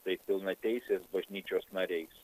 tais pilnateisiais bažnyčios nariais